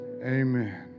Amen